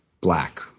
black